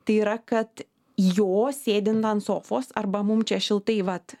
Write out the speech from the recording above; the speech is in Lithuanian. tai yra kad jo sėdint ant sofos arba mum čia šiltai vat